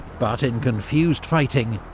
but in confused fighting,